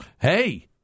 Hey